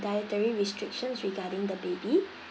dietary restrictions regarding the baby